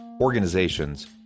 organizations